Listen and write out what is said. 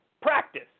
practice